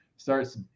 Starts